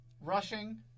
rushing